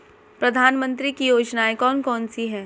प्रधानमंत्री की योजनाएं कौन कौन सी हैं?